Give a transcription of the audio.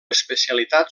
especialitat